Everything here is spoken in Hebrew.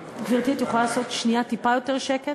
גברתי, את יכולה לעשות טיפה יותר שקט?